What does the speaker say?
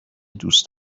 دوست